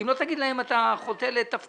אם לא תגיד להם אתה חוטא לתפקידך.